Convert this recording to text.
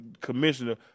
commissioner